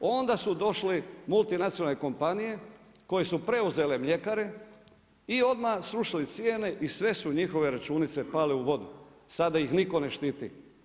Onda su došle multinacionalne kompanije koje su preuzele mljekare i odmah srušile cijene i sve su njihove računice pale u vodu, sada ih nitko ne štiti.